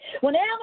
Whenever